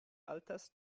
altas